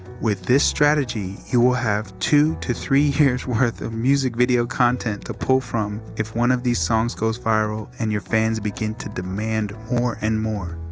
with this strategy, you will have two to three years' worth music video content to pull from if one of these song goes viral and your fans begin to demand demand more and more.